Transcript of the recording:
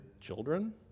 children